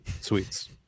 Sweets